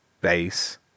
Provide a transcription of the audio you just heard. base